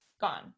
gone